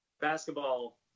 Basketball